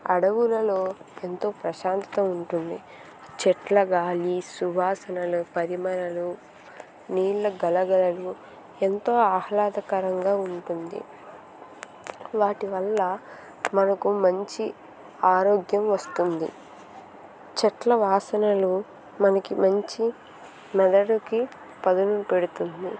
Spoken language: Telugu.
అడవులలో ఎంతో ప్రశాంతత ఉంటుంది చెట్ల గాలి సువాసనలు పరిమళలు నీళ్ల గలగలలు ఎంతో ఆహ్లాదకరంగా ఉంటుంది వాటి వల్ల మనకు మంచి ఆరోగ్యం వస్తుంది చెట్ల వాసనలు మనకి మంచి మెదడుకి పదును పెడుతుంది